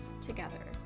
together